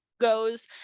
Goes